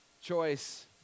choice